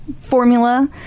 Formula